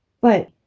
But